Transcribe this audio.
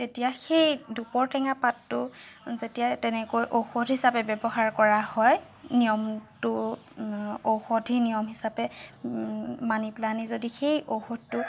তেতিয়া সেই দুপৰ টেঙা পাতটো যেতিয়া তেনেকৈ ঔষধ হিচাপে ব্য়ৱহাৰ কৰা হয় নিয়মটো ঔষধি নিয়ম হিচাপে মানি পেলাই যদি সেই ঔষধটো খোৱা হয়